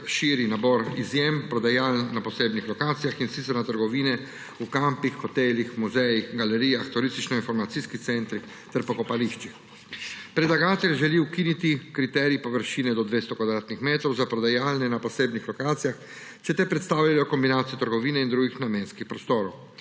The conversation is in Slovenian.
širi nabor izjem prodajaln na posebnih lokacijah, in sicer na trgovine v kampih, hotelih, muzejih, galerijah, turističnoinformacijskih centrih ter pokopališčih. Predlagatelj želi ukiniti kriterij površine do 200 kvadratnih metrov za prodajalne na posebnih lokacijah, če te predstavljajo kombinacijo trgovine in drugih namenskih prostorov.